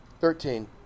Thirteen